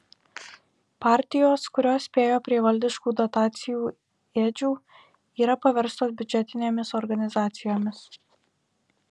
partijos kurios spėjo prie valdiškų dotacijų ėdžių yra paverstos biudžetinėmis organizacijomis